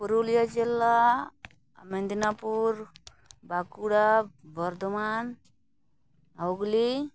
ᱯᱩᱨᱩᱞᱤᱭᱟᱹ ᱡᱮᱞᱟ ᱢᱮᱫᱽᱱᱟᱯᱩᱨ ᱵᱟᱸᱠᱩᱲᱟ ᱵᱚᱨᱫᱷᱚᱢᱟᱱ ᱦᱩᱜᱽᱞᱤ